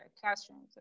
classrooms